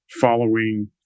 following